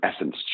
essence